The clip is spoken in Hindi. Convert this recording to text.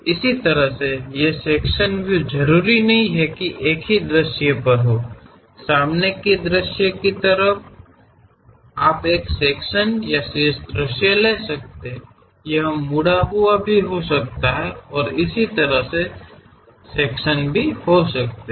इसी तरह ये सेक्शन व्यू जरूरी नहीं कि एक ही दृश्य पर हों सामने के दृश्य की तरह आप एक सेक्शन या शीर्ष दृश्य ले सकते हैं यह मुड़ा हुआ भी हो सकता है और इस तरह के सेक्शन भी हो शकते हैं